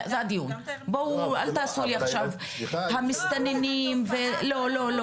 זה הדיון, אל תדברו על מסתננים עכשיו, לא.